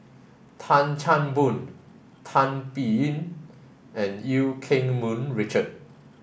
Tan Chan Boon Tan Biyun and Eu Keng Mun Richard